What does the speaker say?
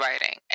writing